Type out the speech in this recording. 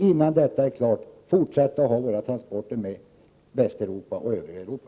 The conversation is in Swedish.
Innan detta är klart måste vi fortsätta med våra nuvarande transporter till Västeuropa och övriga Europa.